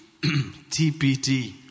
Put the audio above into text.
TPT